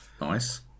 nice